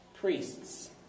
priests